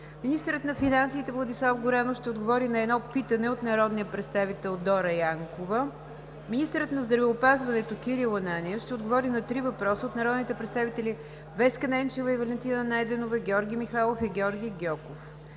Министърът на финансите Владислав Горанов ще отговори на едно питане от народния представител Дора Янкова. 4. Министърът на здравеопазването Кирил Ананиев ще отговори на три въпроса от народните представители Веска Ненчева и Валентина Найденова; Георги Михайлов и Георги Гьоков.